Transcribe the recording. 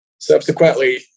subsequently